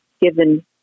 given